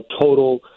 total